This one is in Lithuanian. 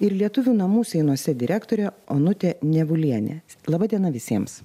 ir lietuvių namų seinuose direktorė onutė nevulienė laba diena visiems